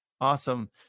Awesome